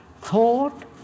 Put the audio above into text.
Thought –